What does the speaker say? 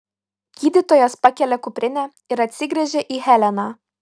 gydytojas pakelia kuprinę ir atsigręžia į heleną